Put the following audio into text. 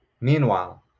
Meanwhile